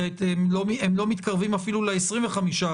כי הם לא מתקרבים אפילו ל-25%,